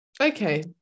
Okay